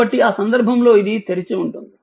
కాబట్టి ఆ సందర్భంలో ఇది తెరిచి ఉంటుంది